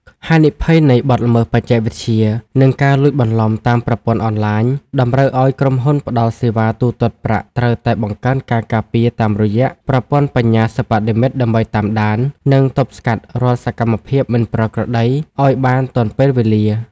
ហានិភ័យនៃបទល្មើសបច្ចេកវិទ្យា និងការលួចបន្លំតាមប្រព័ន្ធអនឡាញ តម្រូវឱ្យក្រុមហ៊ុនផ្ដល់សេវាទូទាត់ប្រាក់ត្រូវតែបង្កើនការការពារតាមរយៈប្រព័ន្ធបញ្ញាសិប្បនិម្មិតដើម្បីតាមដាន និងទប់ស្កាត់រាល់សកម្មភាពមិនប្រក្រតីឱ្យបានទាន់ពេលវេលា។